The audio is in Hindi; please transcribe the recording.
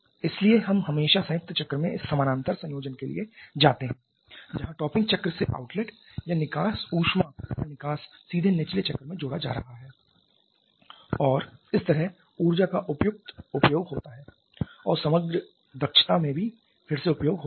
इसलिए हम हमेशा संयुक्त चक्र में इस समानांतर संयोजन के लिए जाते हैं जहां टॉपिंग चक्र से आउटलेट या निकास ऊष्मा का निकास सीधे निचले चक्र में जोड़ा जा रहा है और इस तरह ऊर्जा का उपयुक्त उपयोग होता है और समग्र दक्षता में भी फिर से उपयोग होता है